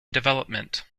development